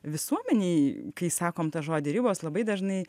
visuomenėj kai sakom tą žodį ribos labai dažnai